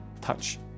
touch